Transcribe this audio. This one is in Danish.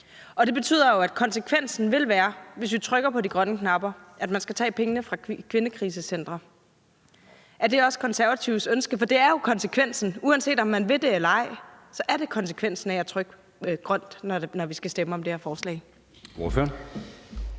Og det betyder jo, at konsekvensen, hvis vi trykker på de grønne knapper, vil være, at man skal tage pengene fra kvindekrisecentre. Er det også Konservatives ønske? For det er jo konsekvensen; uanset om man vil det eller ej, er det konsekvensen af at trykke grønt, når vi skal stemme om det her forslag. Kl.